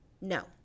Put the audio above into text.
no